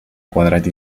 quadrat